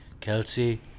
Kelsey